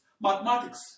mathematics